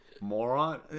moron